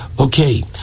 Okay